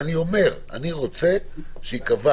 אני רוצה שייקבע